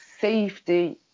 safety